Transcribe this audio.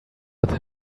with